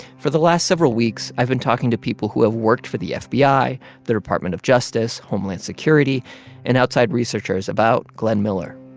for the last several weeks, i've been talking to people who have worked for the fbi, the department of justice, homeland security and outside researchers about glenn miller.